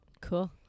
Cool